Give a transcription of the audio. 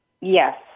Yes